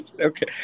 Okay